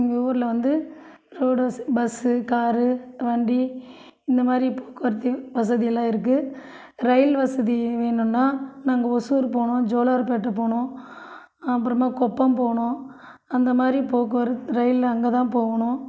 எங்கள் ஊரில் வந்து ரோடு வச பஸ்ஸு காரு வண்டி இந்த மாரி போக்குவரத்தையும் வசதி எல்லாம் இருக்கு ரயில் வசதி வேணுன்னா நாங்கள் ஒசூரு போனோம் ஜோலர்பேட்டை போனோம் அப்புறமா கொப்பம் போனோம் அந்த மாரி போக்குவரத்து ரயிலில் அங்கேதான் போகணும்